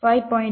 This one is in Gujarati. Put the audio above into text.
2 તે 5